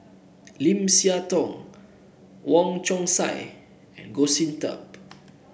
Lim Siah Tong Wong Chong Sai and Goh Sin Tub